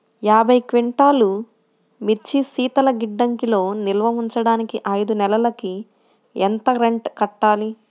యాభై క్వింటాల్లు మిర్చి శీతల గిడ్డంగిలో నిల్వ ఉంచటానికి ఐదు నెలలకి ఎంత రెంట్ కట్టాలి?